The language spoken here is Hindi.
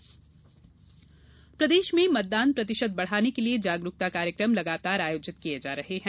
मतदाता जागरूकता प्रदेश में मतदान प्रतिशत बढ़ाने के लिए जागरूकता कार्यक्रम लगातार आयोजित किये जा रहे हैं